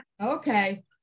Okay